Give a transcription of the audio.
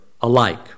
alike